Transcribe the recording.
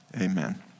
amen